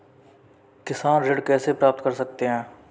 किसान ऋण कैसे प्राप्त कर सकते हैं?